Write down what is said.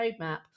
roadmap